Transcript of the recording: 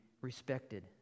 respected